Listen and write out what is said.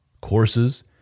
courses